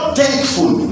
thankful